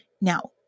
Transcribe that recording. Now